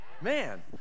man